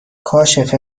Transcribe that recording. کاشف